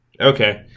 Okay